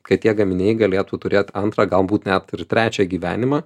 kad tie gaminiai galėtų turėt antrą galbūt net ir trečią gyvenimą